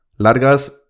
largas